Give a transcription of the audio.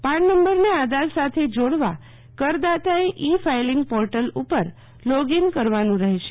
પાન નંબરને આધાર સાથે જોડવા કરદાતાએ ઈ ફાઈલીંગ પોર્ટલ ઉપર લોગ ઈન કરવાનું રહેશે